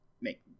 make